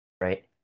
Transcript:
Right